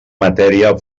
matèria